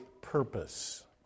purpose